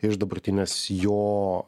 iš dabartinės jo